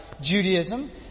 Judaism